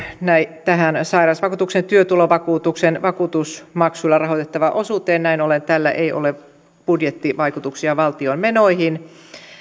tähän sairausvakuutuksen työtulovakuutuksen vakuutusmaksuilla rahoitettavaan osuuteen näin ollen tällä ei ole budjettivaikutuksia valtion menoihin